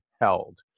held